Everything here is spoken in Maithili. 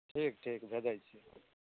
ठीक ठीक भेजै छी